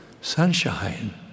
sunshine